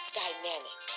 dynamic